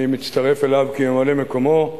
ואני מצטרף אליו כממלא-מקומו,